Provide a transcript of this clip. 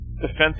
defensive